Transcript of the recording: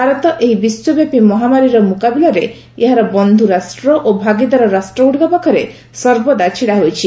ଭାରତ ଏହି ବିଶ୍ୱବ୍ୟାପୀ ମହାମାରୀର ମୁକାବିଲାରେ ଏହାର ବନ୍ଧୁରାଷ୍ଟ୍ର ଓ ଭାଗିଦାର ରାଷ୍ଟଗ୍ରଡ଼ିକ ପାଖରେ ସର୍ବଦା ଛିଡ଼ାହୋଇଛି